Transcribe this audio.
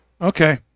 Okay